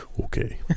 Okay